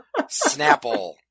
Snapple